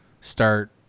start